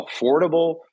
affordable